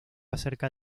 acerca